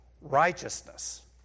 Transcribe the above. righteousness